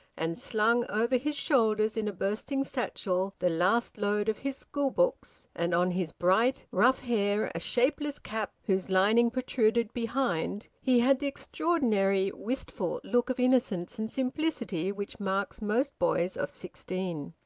and slung over his shoulders in a bursting satchel the last load of his schoolbooks, and on his bright, rough hair a shapeless cap whose lining protruded behind, he had the extraordinary wistful look of innocence and simplicity which marks most boys of sixteen.